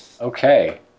okay